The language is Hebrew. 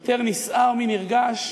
יותר נסער מנרגש,